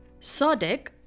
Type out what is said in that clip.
sodic